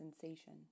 sensation